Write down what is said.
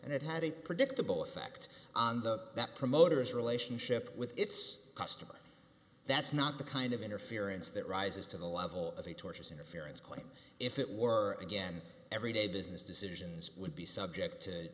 it had a predictable effect on the that promoters relationship with its customers that's not the kind of interference that rises to the level of a tortious interference claim if it were again everyday business decisions would be subject to